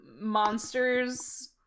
monsters